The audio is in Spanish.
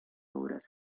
obras